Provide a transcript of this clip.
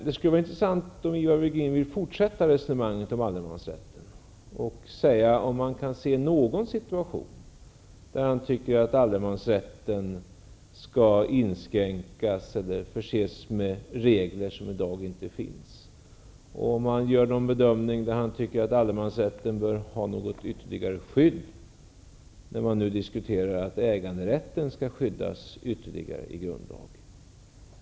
Det skulle vara intressant om Ivar Virgin utvecklade sitt resonemang om allemansrätten. Kan han se någon situation där allemansrätten enligt hans mening skall inskränkas eller förses med regler som i dag inte finns? Bedömer Ivar Virgin att allemansrätten bör ha ytterligare skydd? -- den senare frågan ställd med tanke på att man för diskussioner om att äganderätten skall skyddas ytterligare i grundlagen.